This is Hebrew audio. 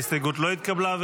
ההסתייגות לא התקבלה.